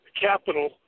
capital